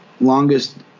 longest